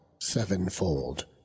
Sevenfold